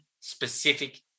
specific